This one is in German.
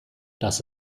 dass